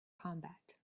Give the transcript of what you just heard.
combat